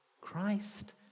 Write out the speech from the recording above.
Christ